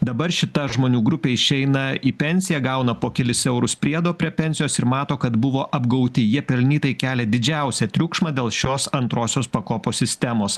dabar šita žmonių grupė išeina į pensiją gauna po kelis eurus priedo prie pensijos ir mato kad buvo apgauti jie pelnytai kelia didžiausią triukšmą dėl šios antrosios pakopos sistemos